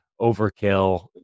overkill